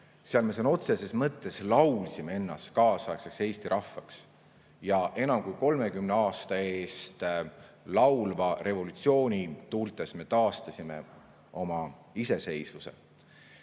seal me sõna otseses mõttes laulsime ennast kaasaegseks eesti rahvaks. Ja enam kui 30 aasta eest laulva revolutsiooni tuultes me taastasime oma iseseisvuse.